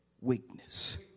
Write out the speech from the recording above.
weakness